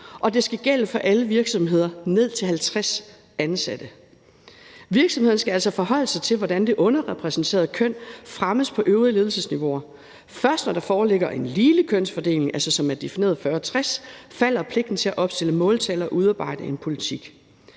og det skal gælde for alle virksomheder med ned til 50 ansatte. Virksomheden skal altså forholde sig til, hvordan det underrepræsenterede køn fremmes på øvrige ledelsesniveauer. Først når der foreligger en ligelig kønsfordeling, som altså er defineret som 40-60, falder pligten til at opstille måltal og udarbejde en politik.